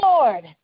Lord